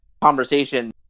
conversation